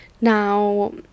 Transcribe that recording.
now